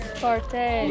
party